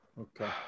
Okay